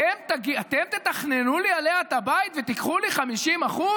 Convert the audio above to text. אתם תתכננו לי עליה את הבית ותיקחו לי 50%?